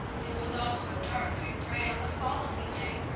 it was also dark and gray on the following day,